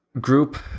group